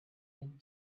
end